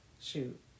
shoot